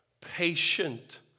Patient